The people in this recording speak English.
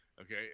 Okay